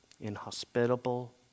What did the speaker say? inhospitable